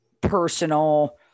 personal